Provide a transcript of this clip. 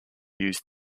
used